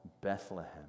Bethlehem